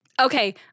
Okay